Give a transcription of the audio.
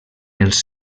els